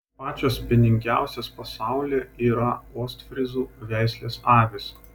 pačios pieningiausios pasaulyje yra ostfryzų veislės avys